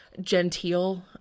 Genteel